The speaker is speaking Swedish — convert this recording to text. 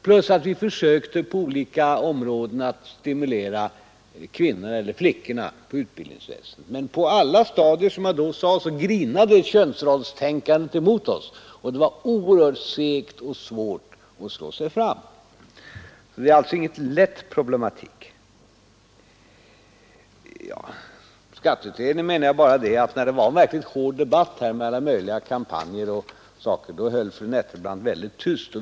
Dessutom försökte vi på olika områden stimulera flickorna till utbildning. Men på alla stadier grinade könsrollstänkandet emot oss, som jag då sade, och det var oerhört segt och svårt att slå sig fram. Det är alltså ingen lätt problematik. I fråga om skatteutredningen menar jag bara att när det var en verkligt hård debatt med alla möjliga kampanjer och namninsamlingar och sådant höll sig fru Nettelbrandt väldigt tyst.